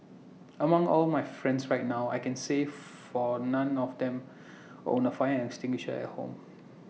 among all my friends right now I can say for none of them owns A fire extinguisher at home